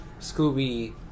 Scooby